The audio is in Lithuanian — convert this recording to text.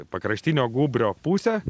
pakraštinio gūbrio pusę